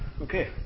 Okay